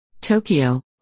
Tokyo